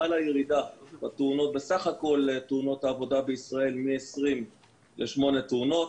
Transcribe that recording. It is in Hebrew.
חלה ירידה בסך כל תאונות העבודה בישראל מ-20 לשמונה תאונות.